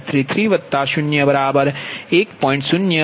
35 j2